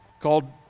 called